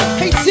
hey